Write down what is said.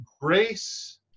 Grace